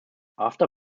after